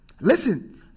Listen